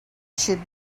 should